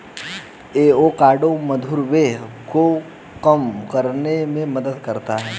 avocado मधुमेह को कम करने में मदद करता है